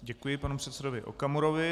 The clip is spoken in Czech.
Děkuji panu předsedovi Okamurovi.